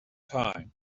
time